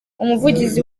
umuvugizi